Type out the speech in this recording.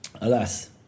alas